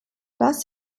das